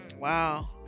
Wow